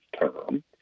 term